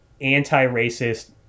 anti-racist